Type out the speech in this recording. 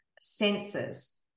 senses